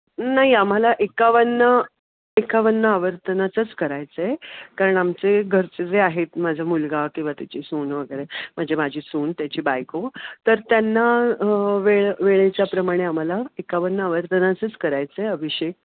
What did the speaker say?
नाही आम्हाला एकावन्न एकावन्न आवर्तनाचंच करायचं आहे कारण आमचे घरचे जे आहेत माझा मुलगा किंवा त्याची सून वगैरे म्हणजे माझी सून त्याची बायको तर त्यांना वेळ वेळेच्याप्रमाणे आम्हाला एकावन्न आवर्तनाचंच करायचं आहे अभिषेक